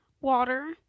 water